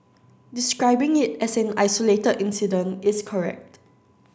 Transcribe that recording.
describing it as an isolated incident is correct